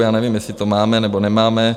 Já nevím, jestli to máme, nebo nemáme.